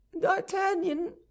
d'artagnan